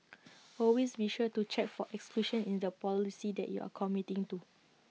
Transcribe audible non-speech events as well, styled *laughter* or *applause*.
*noise* always be sure to check for exclusions in the policy that you are committing to